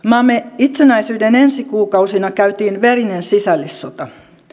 maamme itsenäisyyden ensi kuukausina käytiin verinen sisällissota